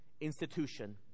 institution